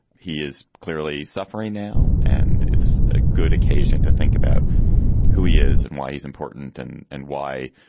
he is clearly suffering now. and it's a good occasion to think about who he is and why he's important and and why